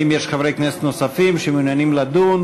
האם יש חברי כנסת נוספים שמעוניינים לדון?